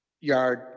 yard